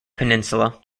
peninsula